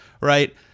right